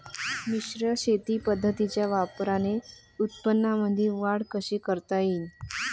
मिश्र शेती पद्धतीच्या वापराने उत्पन्नामंदी वाढ कशी करता येईन?